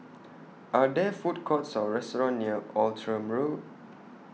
Are There Food Courts Or restaurants near Outram Road